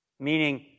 Meaning